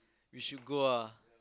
we should go ah